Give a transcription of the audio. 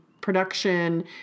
production